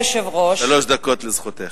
שלוש דקות לזכותך.